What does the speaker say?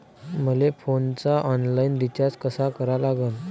मले फोनचा online recharge कसा करा लागन?